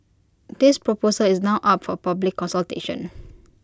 this proposal is now up for public consultation